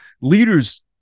leaders